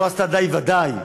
לא עשתה די, ודאי,